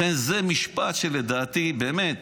לכן זה משפט שלדעתי, באמת,